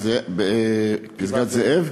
בגבעת-זאב.